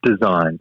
designed